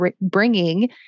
bringing